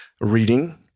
Reading